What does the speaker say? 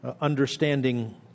understanding